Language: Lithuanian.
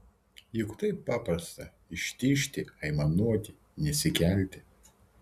juk taip paprasta ištižti aimanuoti nesikelti